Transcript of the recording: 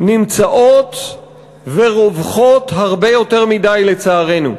נמצאות ורווחות הרבה יותר מדי, לצערנו.